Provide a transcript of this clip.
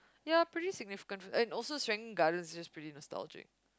ya pretty significant and also Serangoon Gardens is pretty nostalgic